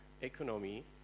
economy